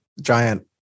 giant